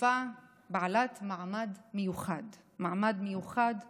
לשפה בעלת מעמד מיוחד, מעמד מיוחד ונחות,